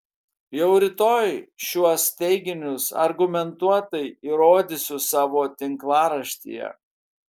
jau rytoj šiuos teiginius argumentuotai įrodysiu savo tinklaraštyje